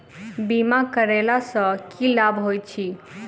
बीमा करैला सअ की लाभ होइत छी?